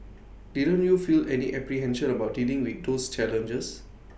didn't you feel any apprehension about dealing with those challenges